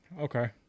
Okay